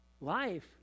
life